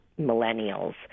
millennials